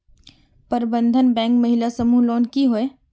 प्रबंधन बैंक महिला समूह लोन की होय?